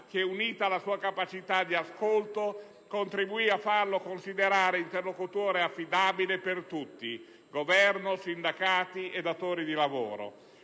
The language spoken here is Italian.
che, unita alla sua capacità di ascolto, contribuì a farlo considerare interlocutore affidabile per tutti, Governo, sindacati e datori di lavoro;